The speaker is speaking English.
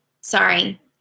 Sorry